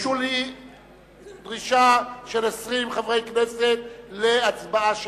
הוגשה דרישה של 20 חברי כנסת להצבעה שמית.